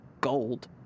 gold